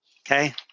Okay